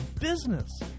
business